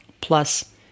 Plus